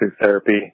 therapy